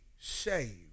saved